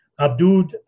Abdul